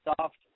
soft